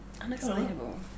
unexplainable